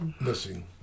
Listen